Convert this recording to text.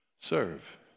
serve